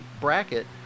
bracket